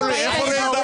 ג'אנק.